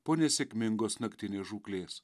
po nesėkmingos naktinės žūklės